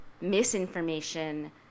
misinformation